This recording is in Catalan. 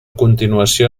continuació